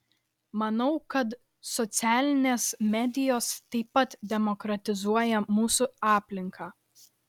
manau kad socialinės medijos taip pat demokratizuoja mūsų aplinką